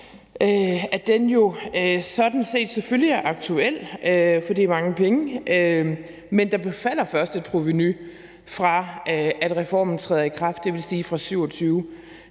jo sådan set selvfølgelig er aktuel, for det er mange penge, men der falder først et provenu, efter at reformen er trådt i kraft, dvs. fra 2027